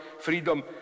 freedom